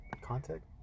Contact